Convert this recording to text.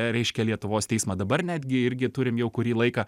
reiškia lietuvos teismą dabar netgi irgi turim jau kurį laiką